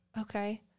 Okay